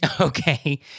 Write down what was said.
Okay